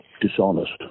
dishonest